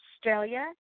Australia